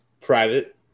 Private